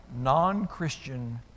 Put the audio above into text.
non-Christian